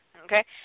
Okay